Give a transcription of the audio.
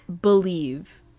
believe